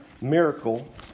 miracle